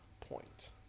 point